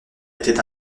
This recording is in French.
était